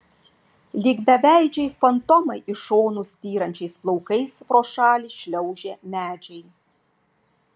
lyg beveidžiai fantomai į šonus styrančiais plaukais pro šalį šliaužė medžiai